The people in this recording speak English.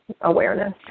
awareness